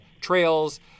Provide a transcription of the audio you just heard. trails